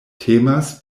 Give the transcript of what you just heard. temas